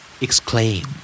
Exclaim